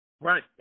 Right